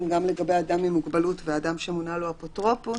גם לגבי אדם עם מוגבלות ואדם שמונה לו אפוטרופוס,